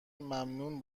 ممنون